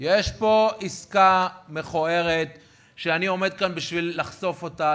יש פה עסקה מכוערת שאני עומד כאן בשביל לחשוף אותה,